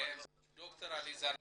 ד"ר עליזה לביא.